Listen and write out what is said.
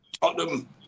Tottenham